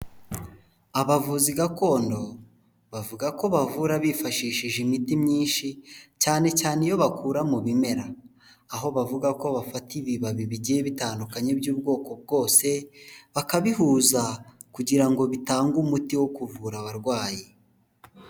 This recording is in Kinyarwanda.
Abavuzi gakondo bavuga ko bavura bifashishije imiti myinshi cyane cyane iyo bakura mu bimera, aho bavuga ko bafata ibibabi bigiye bitandukanye by'ubwoko bwose, bakabihuza kugira ngo bitange umuti wo kuvura abarwayi.